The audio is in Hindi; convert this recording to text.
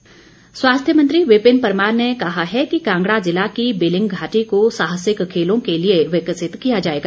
परमार स्वास्थ्य मंत्री विपिन परमार ने कहा है कि कांगड़ा जिला की बिलिंग घाटी को साहसिक खेलों के लिए विकसित किया जाएगा